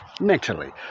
mentally